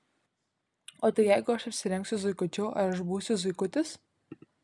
o tai jeigu aš apsirengsiu zuikučiu ar aš būsiu zuikutis